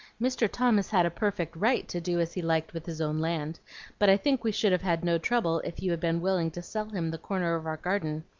mr. thomas had a perfect right to do as he liked with his own land but i think we should have had no trouble if you had been willing to sell him the corner of our garden